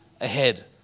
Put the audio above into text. ahead